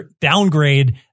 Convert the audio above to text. downgrade